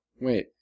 Wait